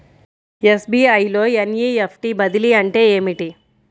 SBI లో NEFT బదిలీ అంటే ఏమిటి?